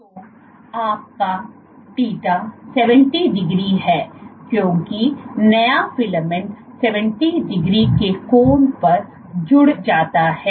तो आपका θ 70 डिग्री है क्योंकि नया फिलामेंट 70 डिग्री के कोण पर जुड़ जाता है